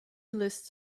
lists